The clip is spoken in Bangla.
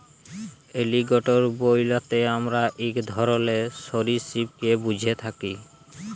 এলিগ্যাটোর বইলতে আমরা ইক ধরলের সরীসৃপকে ব্যুঝে থ্যাকি